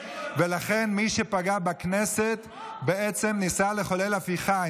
ולכן, מי שפגע בכנסת בעצם ניסה לחולל הפיכה.